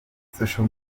social